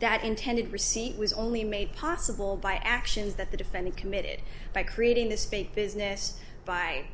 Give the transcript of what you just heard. that intended receipt was only made possible by actions that the defendant committed by creating this fake business by